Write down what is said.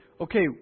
okay